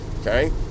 okay